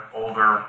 older